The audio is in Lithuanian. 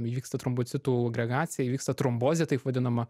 įvyksta trombocitų agregacija įvyksta trombozė taip vadinama